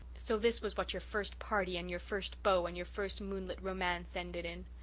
so this was what your first party and your first beau and your first moonlit romance ended in!